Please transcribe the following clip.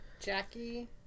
Jackie